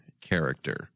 character